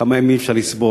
כמה ימים אפשר לסבול,